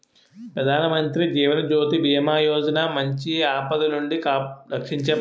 ప్రధానమంత్రి జీవన్ జ్యోతి బీమా యోజన మంచి ఆపదలనుండి రక్షీంచే పదకం